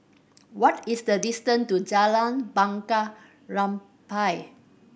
what is the distant to Jalan Bunga Rampai